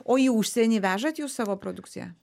o į užsienį vežat jūs savo produkciją